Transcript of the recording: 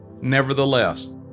Nevertheless